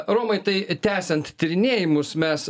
romai tai tęsiant tyrinėjimus mes